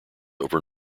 over